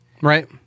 Right